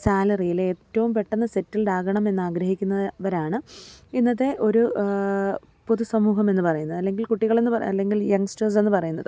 സാലറിയിലെ ഏറ്റവും പെട്ടെന്നു സെറ്റിൽഡാകണമെന്ന് ആഗ്രഹിക്കുന്നവരാണ് ഇന്നത്തെ ഒരു പൊതുസമൂഹം എന്നു പറയുന്നത് അല്ലെങ്കിൽ കുട്ടികളെന്നു പറയുന്ന അല്ലെങ്കിൽ യങ്സ്റ്റേർസ് എന്നു പറയുന്നത്